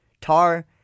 Tar